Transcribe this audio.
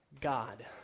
God